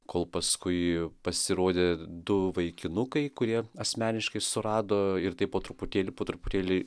kol paskui pasirodė du vaikinukai kurie asmeniškai surado ir taip po truputėlį po truputėlį